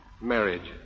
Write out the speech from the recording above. Marriage